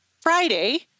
Friday